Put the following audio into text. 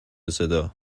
صدا